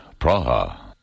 Praha